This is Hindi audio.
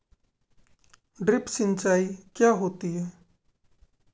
ड्रिप सिंचाई क्या होती हैं?